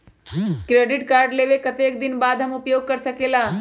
Credit card लेबे के कतेक दिन बाद हम उपयोग कर सकेला?